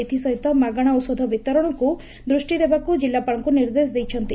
ଏଥିସହିତ ମାଗଣା ଔଷଧ ବିତରଣକୁ ଦୃଷିଦେବାକୁ ଜିଲ୍ଲାପାଳଙ୍କୁ ନିର୍ଦ୍ଦେଶ ଦେଇଛନ୍ତି